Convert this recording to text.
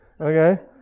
Okay